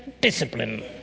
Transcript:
discipline